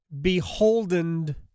beholden